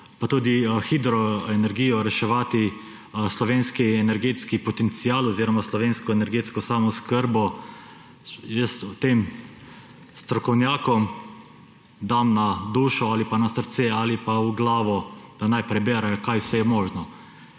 pa tudi hidroenergijo reševati slovenski energetski potencial oziroma slovensko energetsko samooskrbo, jaz tem strokovnjakom dam na dušo, ali pa na srce, ali pa v glavo, da naj preberejo, kaj vse je možno.